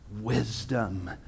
wisdom